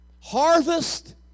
Harvest